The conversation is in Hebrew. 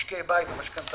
משקי בית ומשכנתאות.